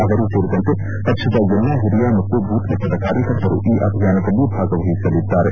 ಅವರೂ ಸೇರಿದಂತೆ ಪಕ್ಷದ ಎಲ್ಲಾ ಹಿರಿಯ ಮತ್ತು ಬೂತ್ ಮಟ್ವದ ಕಾರ್ಯಕರ್ತರು ಈ ಅಭಿಯಾನದಲ್ಲಿ ಭಾಗವಹಿಸಲಿದ್ದಾರೆ